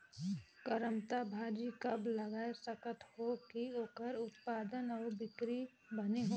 करमत्ता भाजी कब लगाय सकत हो कि ओकर उत्पादन अउ बिक्री बने होही?